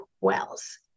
wells